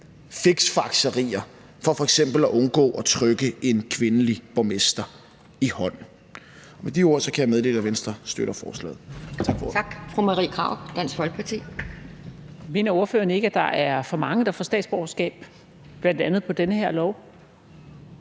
fiksfakserier for f.eks. at undgå at trykke en kvindelig borgmester i hånden. Med de ord kan jeg meddele, at Venstre støtter forslaget.